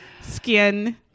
skin